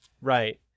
Right